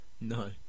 No